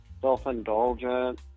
self-indulgent